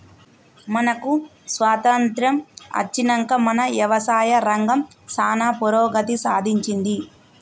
మనకు స్వాతంత్య్రం అచ్చినంక మన యవసాయ రంగం సానా పురోగతి సాధించింది